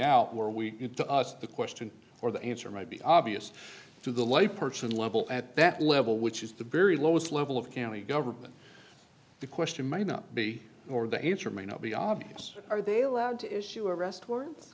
out where we get to us the question or the answer might be obvious to the lay person level at that level which is the barry lowest level of county government the question might not be or the answer may not be obvious are they allowed to issue an arrest warrant